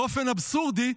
באופן אבסורדי,